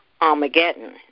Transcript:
Armageddon